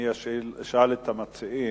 אני אשאל את המציעים.